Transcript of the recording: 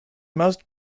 most